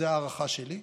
זו ההערכה שלי.